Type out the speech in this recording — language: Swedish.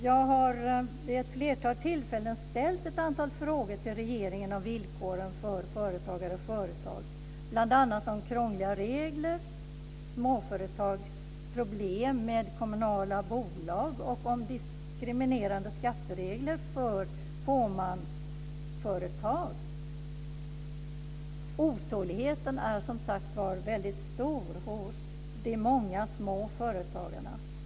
Jag har vid ett flertal tillfällen ställt ett antal frågor till regeringen om villkoren för företagare och företag, bl.a. om krångliga regler, småföretagsproblem med kommunala bolag och diskriminerande skatteregler för fåmansföretag. Otåligheten är som sagt var väldigt stor hos de många småföretagarna.